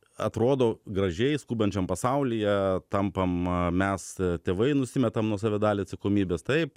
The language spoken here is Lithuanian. atrodo gražiai skubančiam pasaulyje tampam mes tėvai nusimetam nuo save dalį atsakomybės taip